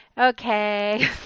Okay